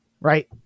Right